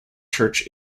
church